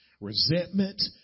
resentment